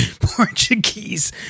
Portuguese